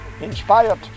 inspired